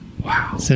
Wow